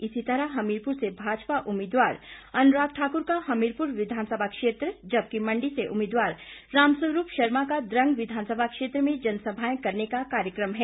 इसी तरह हमीरपुर से भाजपा उम्मीदवार अनुराग ठाकुर का हमीरपुर विधानसभा क्षेत्र जबकि मंडी से उम्मीदवार रामस्वरूप शर्मा का द्रंग विधानसभा क्षेत्र में जनसभाएं करने का कार्यक्रम है